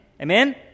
Amen